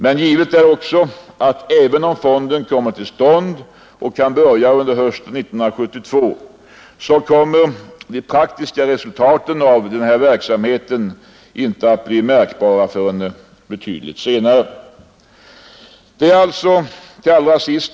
Men givet är också att även om fonden kommer till stånd och kan börja verka under hösten 1972 kommer de praktiska resultaten av verksamheten inte att bli märkbara förrän betydligt senare.